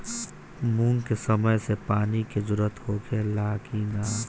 मूंग के समय मे पानी के जरूरत होखे ला कि ना?